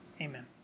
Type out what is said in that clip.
Amen